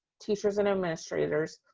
teachers, and administrators,